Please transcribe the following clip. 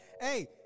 Hey